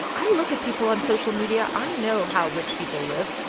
i look at people on social media. i know how rich people live.